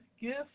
gift